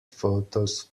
photos